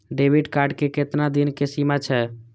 Debit card के केतना दिन के सीमा छै?